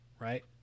right